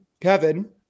Kevin